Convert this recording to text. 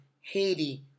Haiti